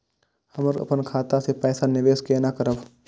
हम अपन खाता से पैसा निवेश केना करब?